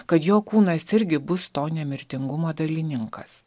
kad jo kūnas irgi bus to nemirtingumo dalininkas